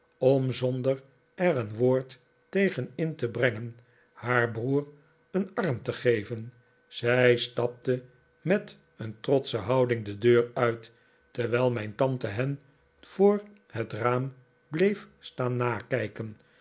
om zonder er een woord tegen in te brengen haar broer een arm te geven zij stapte met een trotsche houding de deur uit terwijl mijn tante hen voor het raam bleef staan nakijken